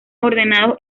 ordenados